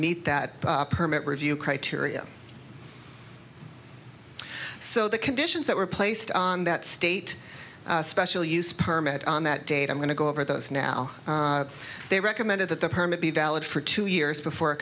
meet that permit review criteria so the conditions that were placed on that state special use permit on that date i'm going to go over those now they recommended that the permit be valid for two years before it